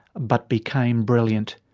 but became brilliant,